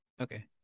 Okay